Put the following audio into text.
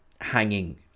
hanging